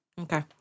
Okay